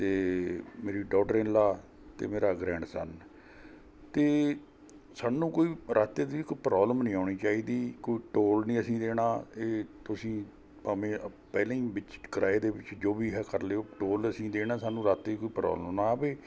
ਅਤੇ ਮੇਰੀ daughter in law ਅਤੇ ਮੇਰਾ ਗਰੈਂਡ ਸਨ ਅਤੇ ਸਾਨੂੰ ਕੋਈ ਰਾਸਤੇ 'ਚ ਕੋਈ ਪ੍ਰੋਬਲਮ ਨਹੀਂ ਆਉਣੀ ਚਾਹੀਦੀ ਕੋਈ ਟੋਲ ਨਹੀਂ ਅਸੀਂ ਦੇਣਾ ਇਹ ਤੁਸੀਂ ਭਾਵੇਂ ਪਹਿਲਾਂ ਹੀ ਵਿੱਚ ਕਿਰਾਏ ਦੇ ਵਿੱਚ ਜੋ ਵੀ ਹੈ ਕਰ ਲਿਓ ਟੋਲ ਅਸੀਂ ਦੇਣਾ ਸਾਨੂੰ ਰਸਤੇ 'ਚ ਕੋਈ ਪ੍ਰੋਬਲਮ ਨਾ ਆਵੇ